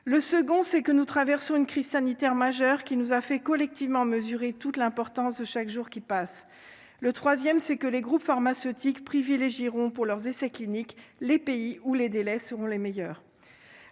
le second c'est que nous traversons une crise sanitaire majeure qui nous a fait collectivement mesurer toute l'importance de chaque jour qui passe, le 3ème, c'est que les groupes pharmaceutiques privilégieront pour leurs essais cliniques, les pays où les délais seront les meilleurs